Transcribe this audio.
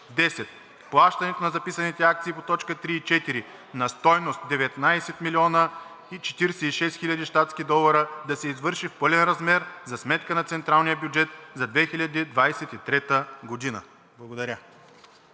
10. Плащането на записаните акции по т. 3 и 4 на стойност 19 046 000 щатски долара да се извърши в пълен размер за сметка на централния бюджет за 2023 г.“ Благодаря.